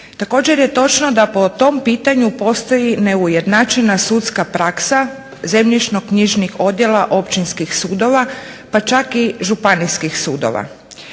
Također je točno da po tom pitanju postoji neujednačena sudska praksa zemljišno-knjižnih odjela općinskih sudova pa čak i županijskih sudova.